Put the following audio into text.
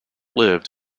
lived